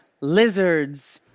lizards